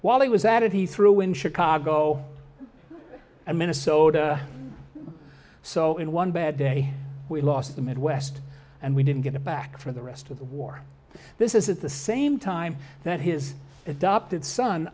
while he was at it he threw in chicago and minnesota so in one bad day we lost the midwest and we didn't get it back for the rest of the war this is at the same time that his adopted son